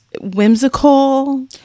whimsical